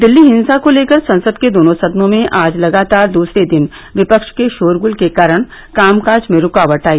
दिल्ली हिंसा को लेकर संसद के दोनों सदनों में आज लगातार द्सरे दिन विपक्ष के शोरगुल के कारण कामकाज में रूकावट आई